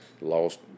lost